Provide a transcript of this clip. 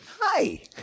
Hi